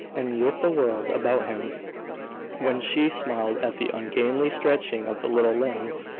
and with the world about him when she smiled at the ungainly stretching of the little limbs,